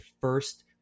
first